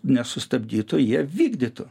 nesustabdytų jie vykdytų